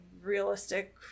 realistic